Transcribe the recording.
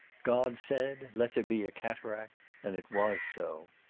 god said, let there be a cataract, and it was so.